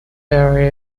area